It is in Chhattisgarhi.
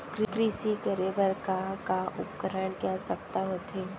कृषि करे बर का का उपकरण के आवश्यकता होथे?